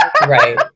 Right